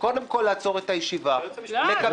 קודם כול לעצור את הישיבה ------- לקבל